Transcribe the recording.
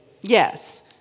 Yes